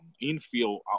infield